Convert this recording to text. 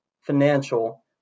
Financial